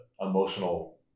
emotional